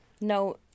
no